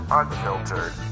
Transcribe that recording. unfiltered